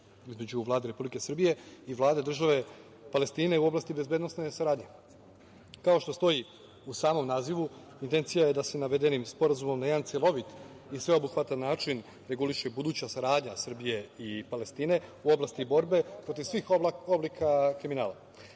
između Vlade Republike Srbije i Vlade Države Palestine u oblasti bezbednosne saradnje. Kao što stoji u samom nazivu intencija je da se navedenim sporazumom na jedan celovit i sveobuhvatan način reguliše i buduća saradnja Srbije i Palestine u oblasti borbe protiv svih oblika kriminala. Pored